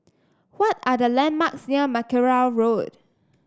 what are the landmarks near Mackerrow Road